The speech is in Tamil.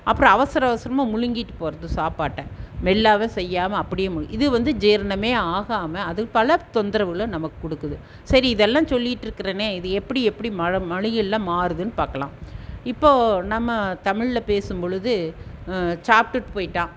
அப்புறம் அவசர அவசரமா விழுங்கிட்டு போவது சாப்பாட்டை மெல்லாமல் செய்யாமல் அப்படியே விழு இது வந்து ஜீரணமே ஆகாமல் அது பல தொந்தரவுகளை நமக்கு கொடுக்குது சரி இதெல்லாம் சொல்லிகிட்ருக்கறனே இது எப்படி எப்படி மழ மொழியில் மாறுதுன்னு பார்க்கலாம் இப்போது நம்ம தமிழில் பேசும்பொழுது சாப்பிட்டுட்டு போயிட்டான்